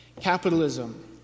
Capitalism